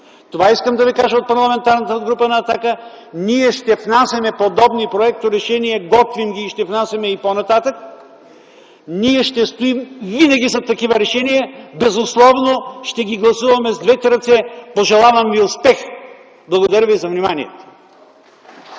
Това искам да Ви кажа от името на Парламентарната група на „Атака”. Ние ще внасяме подобни проекторешения, готвим ги и ще ги внасяме и по-нататък. Ние ще стоим винаги зад такива решения, безусловно ще ги гласуваме и с двете ръце. Пожелавам ви успех! Благодаря Ви за вниманието.